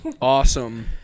awesome